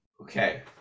Okay